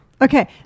Okay